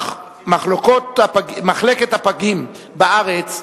מחלקות הפגים בארץ,